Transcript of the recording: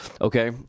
okay